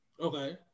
okay